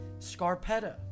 Scarpetta